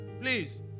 please